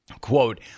Quote